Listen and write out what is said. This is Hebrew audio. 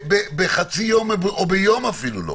בחצי יום, או ביום אפילו לא,